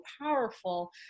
powerful